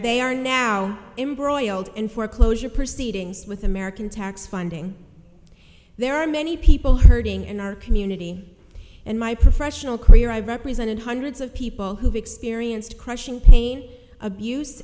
they are now embroiled in foreclosure proceedings with american tax funding there are many people hurting in our community and my professional career i've represented hundreds of people who've experienced crushing pain abuse